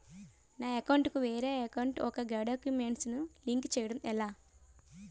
నా అకౌంట్ కు వేరే అకౌంట్ ఒక గడాక్యుమెంట్స్ ను లింక్ చేయడం ఎలా?